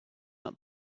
out